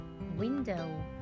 Window